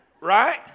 right